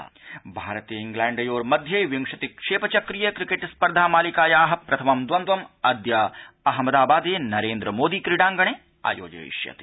cricket भारतेंग्लैण्डयोर्मध्ये विंशति क्षेप चक्रीय क्रिकेट् स्पर्धा मालिकाया प्रथमं द्वन्द्वम् अद्य न अहमदाबादे नोन्द्र मोदि क्रीडाङ्गणे आयोज्यते